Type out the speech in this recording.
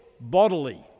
bodily